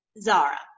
Zara